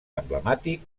emblemàtic